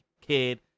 kid